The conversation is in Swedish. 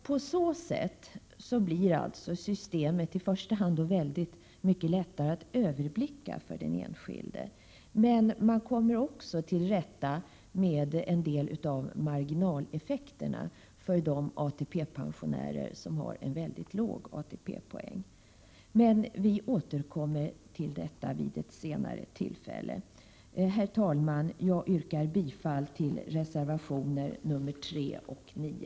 På så sätt blir systemet i första hand mycket lättare att överblicka för den enskilde, och man kommer också till rätta med en del av marginaleffekterna för de ATP pensionärer som har låg ATP-poäng. Vi återkommer till detta vid ett senare tillfälle. Herr talman! Jag yrkar bifall till reservationerna 3 och 9.